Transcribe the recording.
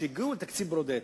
כשהגיעו לתקציב ברודט,